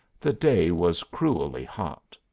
the day was cruelly hot.